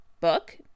book